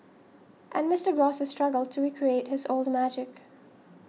and Mister Gross has struggled to recreate his old magic